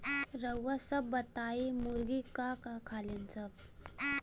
रउआ सभ बताई मुर्गी का का खालीन सब?